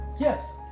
Yes